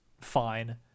fine